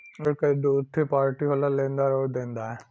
ऋण क दूठे पार्टी होला लेनदार आउर देनदार